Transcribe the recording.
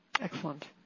Excellent